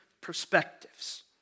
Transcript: perspectives